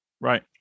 Right